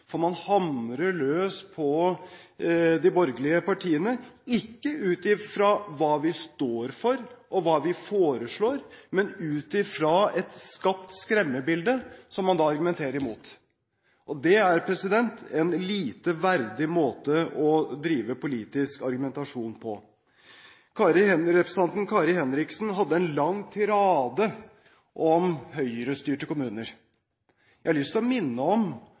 for man hamrer løs på de borgerlige partiene, ikke ut fra hva vi står for og hva vi foreslår, men ut fra et skapt skremmebilde som man da argumenterer imot. Det er en lite verdig måte å drive politisk argumentasjon på. Representanten Kari Henriksen hadde en lang tirade om høyrestyrte kommuner. Jeg har lyst til å minne om